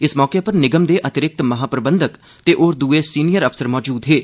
इस मौके उप्पर निगम दे अतिरिक्त महाप्रबंधक ते होर दूए सिनियर अफसर मजूद हे